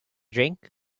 drink